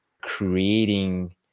creating